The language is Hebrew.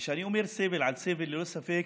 כשאני אומר "סבל על סבל" ללא ספק,